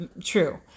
true